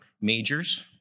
majors